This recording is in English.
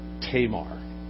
Tamar